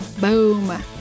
Boom